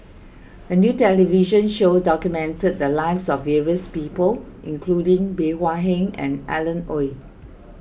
a new television show documented the lives of various people including Bey Hua Heng and Alan Oei